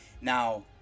Now